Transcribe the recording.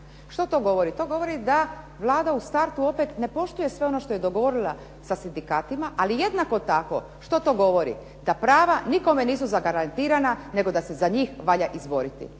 Što to govori? Govori da Vlada u startu ne poštuje sve ono što je dogovorila sa sindikatima, ali jednako tako što to govori da prava za nikoga nisu zagarantirana nego da se za njih valja izboriti